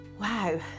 wow